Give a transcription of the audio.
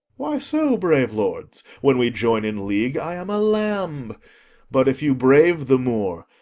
why, so, brave lords! when we join in league i am a lamb but if you brave the moor,